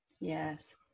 yes